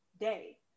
day